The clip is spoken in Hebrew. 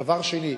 דבר שני,